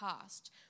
past